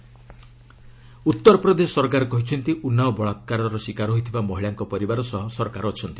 UP Unnao Uttar Pradesh ସରକାର କହିଛନ୍ତି ଉନାଓ ବଳାକାରର ଶିକାର ହୋଇଥିବା ମହିଳାଙ୍କ ପରିବାର ସହ ସରକାର ଅଛନ୍ତି